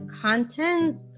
content